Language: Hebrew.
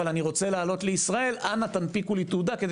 אבל אני רוצה לעלות לישראל אנא הנפיקו לי תעודה כדי